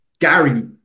Gary